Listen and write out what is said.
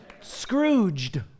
Scrooged